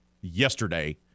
yesterday